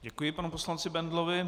Děkuji panu poslanci Bendlovi.